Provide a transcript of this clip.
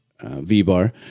V-Bar